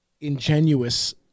ingenuous